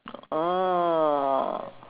oh